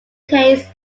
case